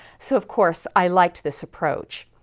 so of course i liked this approach.